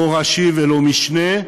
לא ראשי ולא משנה,